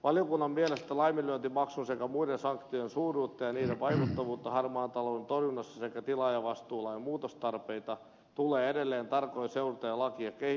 valiokunnan mielestä laiminlyöntimaksun sekä muiden sanktioiden suuruutta ja niiden vaikuttavuutta harmaan talouden torjunnassa sekä tilaajavastuulain muutostarpeita tulee edelleen tarkoin seurata ja lakia kehittää